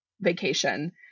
vacation